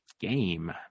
game